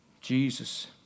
Jesus